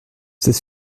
c’est